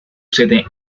sede